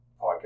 podcast